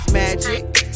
magic